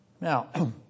Now